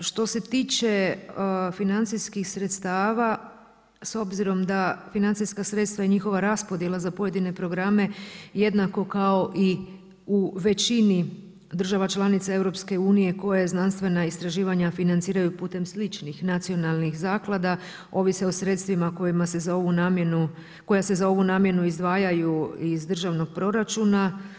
Što se tiče financijskih sredstava s obzirom da financijska sredstva i njihova raspodjela za pojedine programe jednako kao i u većini država članica EU koje znanstvena istraživanja financiraju putem sličnih nacionalnih zaklada, ovise o sredstvima koja se za ovu namjenu izdvajaju iz državnog proračuna.